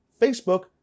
Facebook